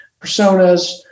personas